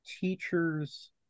teachers